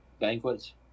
banquets